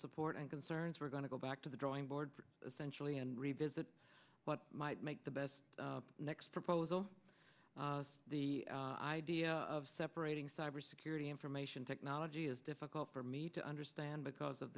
support and concerns we're going to go back to the drawing board essentially and revisit what might make the best next proposal the idea of separating cybersecurity information technology is difficult for me to understand because of